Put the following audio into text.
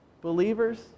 believers